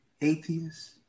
atheist